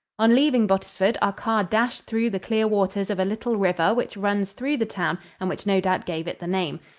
on leaving bottisford, our car dashed through the clear waters of a little river which runs through the town and which no doubt gave it the name.